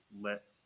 let